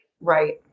Right